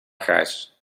grijs